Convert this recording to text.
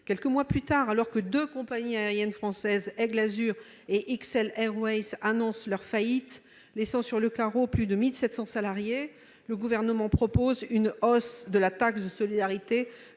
Quelques mois plus tard, alors que deux compagnies françaises- Aigle Azur et XL Airways -annoncent leur faillite, laissant sur le carreau plus de 1 700 salariés, le Gouvernement propose une hausse de la taxe de solidarité